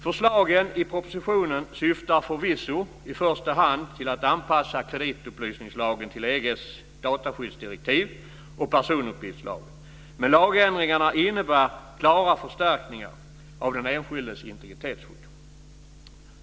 Förslagen i propositionen syftar förvisso i första hand till att anpassa kreditupplysningslagen till EG:s dataskyddsdirektiv och personuppgiftslagen. Men lagändringarna innebär klara förstärkningar av den enskildes integritetsskydd.